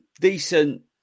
decent